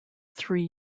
three